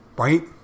Right